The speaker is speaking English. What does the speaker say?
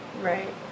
Right